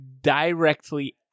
directly